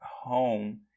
home